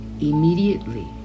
Immediately